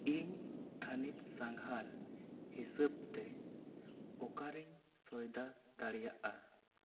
ᱤᱧ ᱛᱷᱟᱹᱱᱤᱛ ᱥᱟᱸᱜᱷᱟᱨ ᱦᱤᱥᱟᱹᱵᱽ ᱛᱮ ᱚᱠᱟᱨᱮᱧ ᱥᱚᱭᱫᱟ ᱫᱟᱲᱮᱭᱟᱜᱼᱟ